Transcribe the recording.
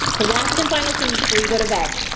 the last and final thing before you go to bed,